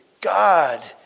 God